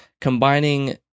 combining